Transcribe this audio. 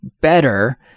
better